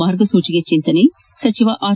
ಮಾರ್ಗಸೂಚಿಗೆ ಚಿಂತನೆ ಸಚಿವ ಆರ್